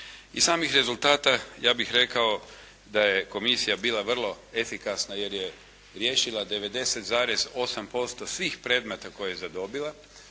Iz samih rezultata ja bih rekao da je komisija bila vrlo efikasna jer je riješila 90,8% predmeta koje je zadobila